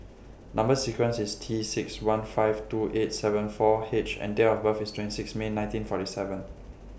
Number sequence IS T six one five two eight seven four H and Date of birth IS twenty six May nineteen forty seven